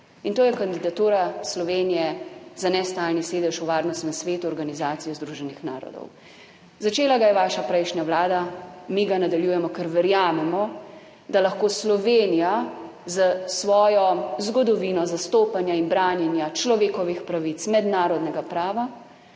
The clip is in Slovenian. in to je kandidatura Slovenije za nestalni sedež v Varnostnem svetu Organizacije združenih narodov. Začela ga je vaša prejšnja vlada, mi ga nadaljujemo, ker verjamemo, da lahko Slovenija s svojo zgodovino zastopanja in branjenja človekovih pravic, mednarodnega prava